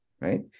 right